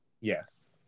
Yes